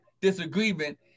disagreement